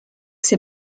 ses